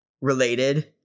related